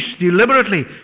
deliberately